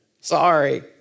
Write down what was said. Sorry